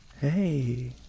Hey